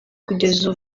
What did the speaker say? kugeza